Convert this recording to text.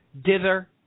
dither